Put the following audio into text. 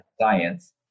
science